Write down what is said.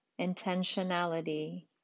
intentionality